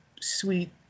sweet